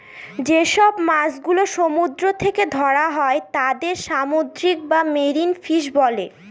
যেসব মাছ গুলো সমুদ্র থেকে ধরা হয় তাদের সামুদ্রিক বা মেরিন ফিশ বলে